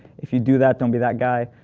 if you do that, don't be that guy.